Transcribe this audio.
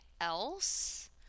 else